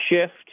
shift